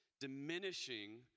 diminishing